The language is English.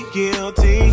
Guilty